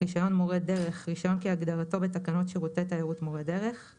"רישיון מורה דרך" רישיון כהגדרתו בתקנות שירותי תיירות (מורי דרך);